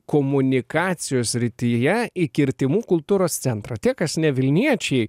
komunikacijos srityje į kirtimų kultūros centrą tie kas ne vilniečiai